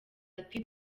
ati